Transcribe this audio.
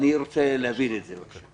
אני רוצה להבין את זה.